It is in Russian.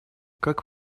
как